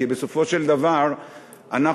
כי בסופו של דבר אנחנו,